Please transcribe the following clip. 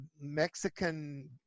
Mexican